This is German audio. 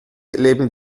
leben